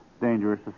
dangerous